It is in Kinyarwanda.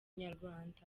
inyarwanda